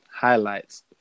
Highlights